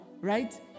right